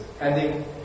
ending